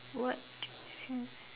what has